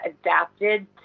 adapted